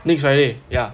next friday ya